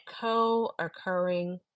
co-occurring